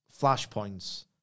flashpoints